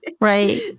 Right